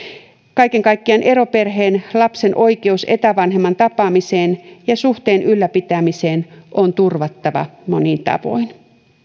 kaiken kaikkiaan eroperheen lapsen oikeus etävanhemman tapaamiseen ja suhteen ylläpitämiseen on turvattava monin tavoin